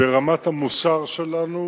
ברמת המוסר שלנו,